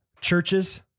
Churches